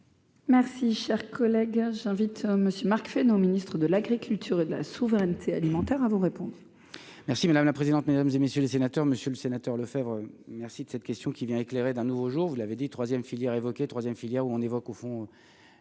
Merci, cher collègue, j'invite monsieur Marc Fesneau Ministre de l'Agriculture et de la souveraineté alimentaire à vous répondre. Merci madame la présidente, mesdames et messieurs les sénateurs, Monsieur le Sénateur Lefèvre merci de cette question qui vient éclairer d'un nouveau jour, vous l'avez dit 3ème filière 3ème filière où on évoque au fond